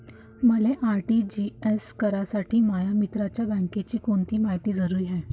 मले आर.टी.जी.एस करासाठी माया मित्राच्या बँकेची कोनची मायती जरुरी हाय?